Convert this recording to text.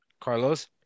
Carlos